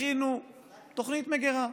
והכינו תוכנית מגרה.